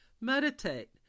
Meditate